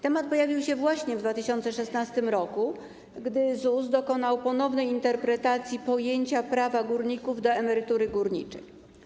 Temat pojawił się w 2016 r., gdy ZUS dokonał ponownej interpretacji pojęcia prawa górników do emerytury górniczej.